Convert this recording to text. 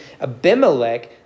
Abimelech